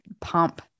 pump